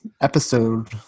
episode